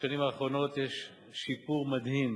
בשנים האחרונות יש שיפור מדהים